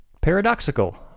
paradoxical